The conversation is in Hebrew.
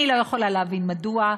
אני לא יכולה להבין מדוע,